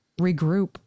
regroup